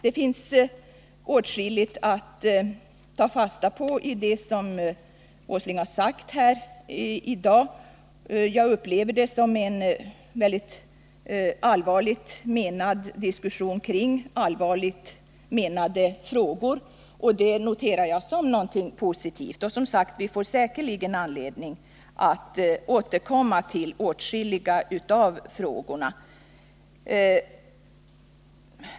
Det finns åtskilligt att ta fasta på i det som Nils Åsling har anfört här i dag. Jag upplever den här debatten som en väldigt allvarligt menad diskussion kring allvarligt menade frågor, och det noterar jag som något positivt. Vi får, som sagt, säkert anledning att återkomma till åtskilliga av frågorna.